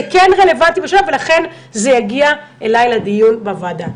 זה כן רלוונטי --- ולכן זה יגיע אליי לדיון בוועדה.